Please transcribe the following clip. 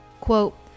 Quote